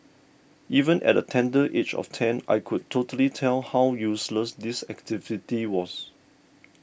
even at the tender age of ten I could totally tell how useless this activity was